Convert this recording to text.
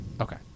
Okay